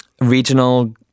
regional